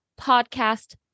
podcast